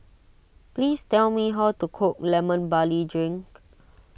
please tell me how to cook Lemon Barley Drink